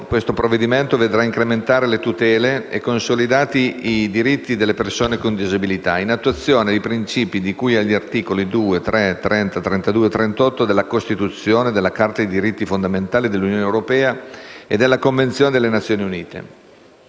questo provvedimento vedrà incrementate le tutele e consolidati i diritti delle persone con disabilità, in attuazione dei principi di cui agli articoli 2, 3, 30, 32 e 38 della Costituzione, 24 e 26 della Carta dei diritti fondamentali dell'Unione europea e 3 e 19 della Convenzione delle Nazioni Unite